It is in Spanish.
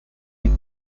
una